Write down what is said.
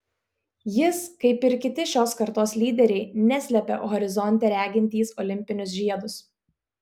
jis kaip ir kiti šios kartos lyderiai neslepia horizonte regintys olimpinius žiedus